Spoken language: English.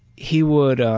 he would,